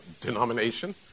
denomination